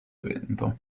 evento